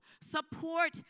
Support